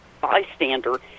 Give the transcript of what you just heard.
bystander